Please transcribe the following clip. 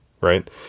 right